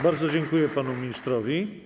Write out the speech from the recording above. Bardzo dziękuję panu ministrowi.